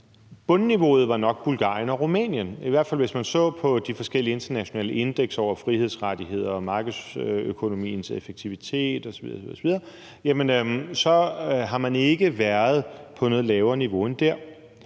bundniveauet nok Bulgarien og Rumænien. I hvert fald hvis man så på de forskellige internationale indekser over frihedsrettigheder, markedsøkonomiens effektivitet osv. osv., har man ikke været på et lavere niveau end der.